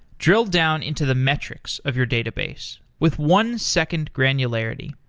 drill down into the metrics of your database with one second granularity.